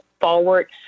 forward